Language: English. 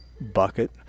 bucket